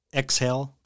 exhale